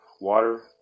water